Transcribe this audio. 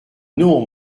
non